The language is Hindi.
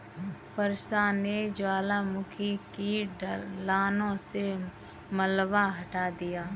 वर्षा ने ज्वालामुखी की ढलानों से मलबा हटा दिया था